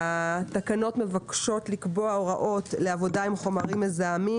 התקנות מבקשות לקבוע הוראות לעבודה עם חומרים מזהמים